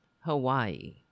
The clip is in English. Hawaii